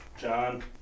John